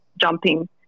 jumping